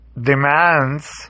demands